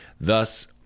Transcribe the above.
Thus